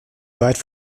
weit